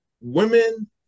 women